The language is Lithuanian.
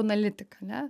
analitika ane